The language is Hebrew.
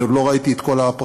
אני עוד לא ראיתי את כל הפרטים,